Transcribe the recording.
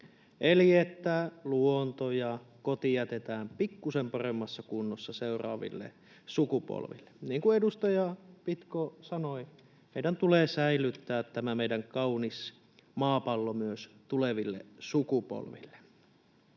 eli että luonto ja koti jätetään pikkuisen paremmassa kunnossa seuraaville sukupolville. Niin kuin edustaja Pitko sanoi, meidän tulee säilyttää tämä meidän kaunis maapallo myös tuleville sukupolville.